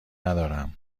ندارم